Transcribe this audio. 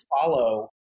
follow